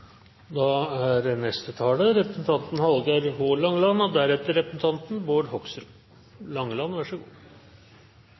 Da er neste taler representanten Knut Arild Hareide, og deretter representanten